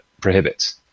prohibits